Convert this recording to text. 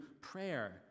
prayer